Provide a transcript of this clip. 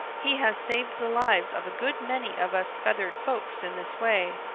he has saved the lives of a good many of us feathered folks in this way.